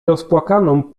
rozpłakaną